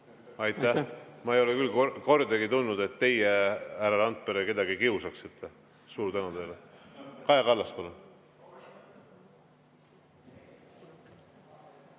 Aitäh! Ma ei ole küll kordagi tundud, et teie, härra Randpere, kedagi kiusaksite. Suur tänu teile! Kaja Kallas, palun!